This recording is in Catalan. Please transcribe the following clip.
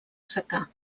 secà